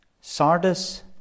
Sardis